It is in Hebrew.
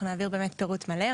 אנחנו נעביר באמת פירוט מלא.